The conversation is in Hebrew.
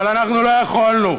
אבל לא יכולנו,